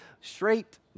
straight